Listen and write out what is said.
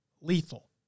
Lethal